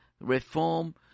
reform